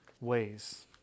ways